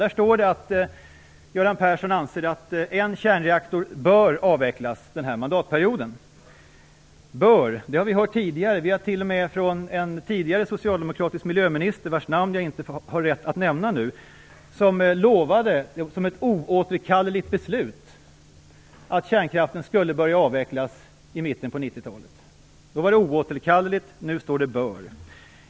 Det står att Göran Persson anser att en kärnreaktor bör avvecklas den här mandatperioden. Bör - det har vi hört tidigare. Vi har till och med hört en tidigare socialdemokratisk miljöminister, vars namn jag inte har rätt att nämna, lova som ett oåterkalleligt beslut att kärnkraften skulle börja avvecklas i mitten av 90 talet. Då var det oåterkalleligt. Nu står det bör.